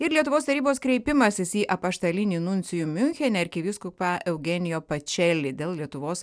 ir lietuvos tarybos kreipimasis į apaštalinį nuncijų miunchene arkivyskupą eugenijo pačeli dėl lietuvos